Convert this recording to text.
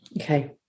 Okay